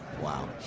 Wow